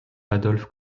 adolf